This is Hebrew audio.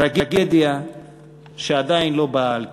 טרגדיה שעדיין לא באה אל קצה.